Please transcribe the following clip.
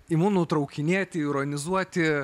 imu nutraukinėti ironizuoti